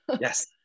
Yes